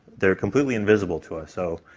they're completely invisible to us. so,